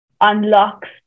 unlocks